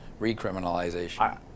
recriminalization